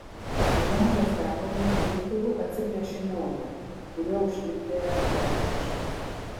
suglamžęs gabalą dalytuvu atsiplėšė naują kuriuo užlipdė paketo kraštus